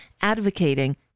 advocating